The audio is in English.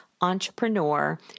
Entrepreneur